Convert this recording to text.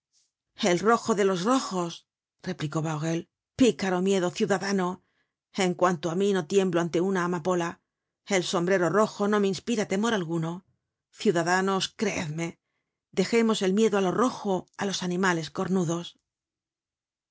el rojo los rojos replicó bahorel picaro miedo ciudadano en cuanto á mí no tiemblo ante una amapola el sombrero rojo no me inspira temor alguno ciudadanos creedme dejemos el miedo á lo rojo á los animales cornudos